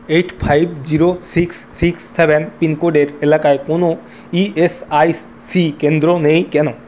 eight five zero six six seven পিনকোডের এলাকায় কোনও ইএসআইসি কেন্দ্র নেই কেন